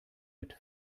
mit